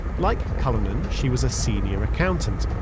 like cullinan, she was a senior accountant.